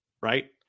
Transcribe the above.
Right